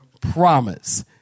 promise